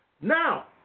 Now